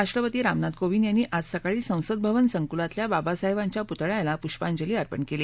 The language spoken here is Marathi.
राष्ट्रपती रामनाथ कोविंद यांनी आज सकाळी संसद भवन संकुलातल्या बाबासाहेबांच्या पुतळ्याला पुष्पांजली अर्पण केली